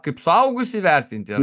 kaip suaugusį vertinti ar